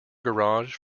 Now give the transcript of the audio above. garage